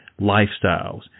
lifestyles